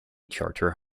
charter